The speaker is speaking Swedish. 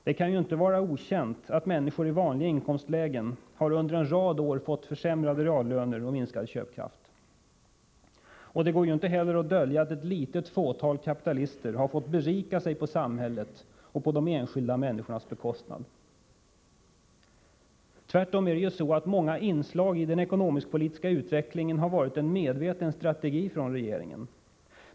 Det kan inte vara okänt att människor i vanliga inkomstlägen under en rad av år har fått försämrade reallöner och en minskad köpkraft. Det går inte heller att dölja att ett litet fåtal kapitalister har fått berika sig på samhällets och de enskilda människornas bekostnad. Tvärtom är det ju så att många inslag i den ekonomisk-politiska utvecklingen har varit en medveten strategi från regeringen.